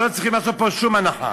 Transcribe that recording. אבל לא צריכים לעשות פה שום הנחה.